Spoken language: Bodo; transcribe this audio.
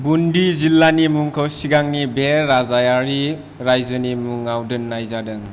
बुन्डि जिल्लानि मुंखौ सिगांनि बे राजायारि राइजोनि मुङाव दोननाय जादों